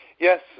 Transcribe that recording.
Yes